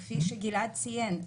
כפי שגלעד ציין,